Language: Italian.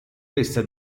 questa